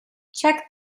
check